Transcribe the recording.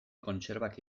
kontserbak